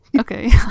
okay